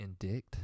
Indict